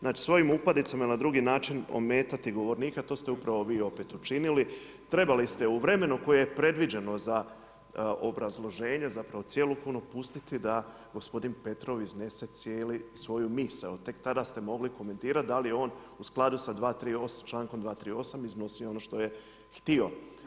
Znači svojim upadicama ili na drugi način ometati govornika, to ste upravo vi opet učinili, trebali ste u vremenu koje je predviđeno za obrazloženje, zapravo cijelo pustiti da gospodin Petrov iznese svoju misao, tek tada ste mogli komentirati da li je on u skladu sa člankom 238. iznosio ono što je htio.